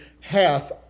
hath